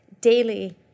daily